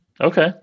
Okay